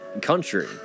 country